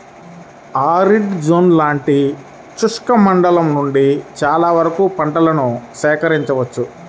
arid zone లాంటి శుష్క మండలం నుండి చాలా వరకు పంటలను సేకరించవచ్చు